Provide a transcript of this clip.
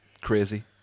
crazy